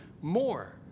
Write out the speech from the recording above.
more